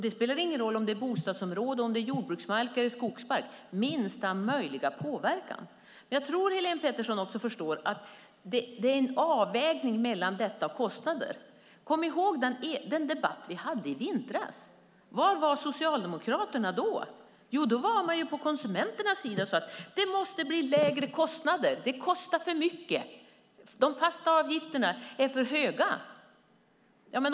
Det spelar ingen roll om det är fråga om ett bostadsområde, jordbruksmark eller skogsmark. Det ska vara minsta möjliga påverkan. Jag tror att Helene Petersson i Stockaryd också förstår att det sker en avvägning mellan dessa hänsyn och kostnader. Kom ihåg den debatt vi hade i vintras. Var var Socialdemokraterna då? Då ställde man sig på konsumenternas sida och sade att det måste bli lägre kostnader, att de fasta avgifterna är för höga.